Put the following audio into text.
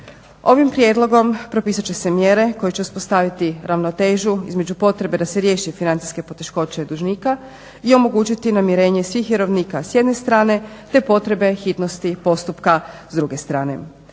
Ovim prijedlogom propisat će se mjere kojim će se uspostaviti ravnotežu između potrebe da se riješe financijske poteškoće dužnika i omogućiti namirenje svih vjerovnika s jedne strane te potrebe hitnosti postupka s druge strane.